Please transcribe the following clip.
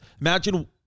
Imagine